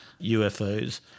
UFOs